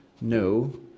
no